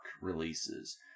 releases